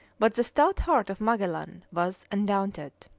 but the stout heart of magellan was undaunted.